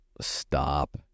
Stop